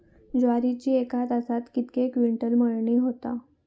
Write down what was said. ज्वारीची एका तासात कितके क्विंटल मळणी होता?